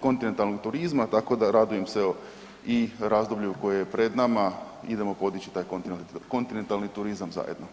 kontinentalnog turizma tako da radujem se evo i razdoblju koje je pred nama, idemo podići taj kontinentalni turizam zajedno.